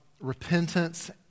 repentance